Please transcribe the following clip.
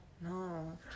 No